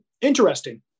Interesting